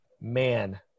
Man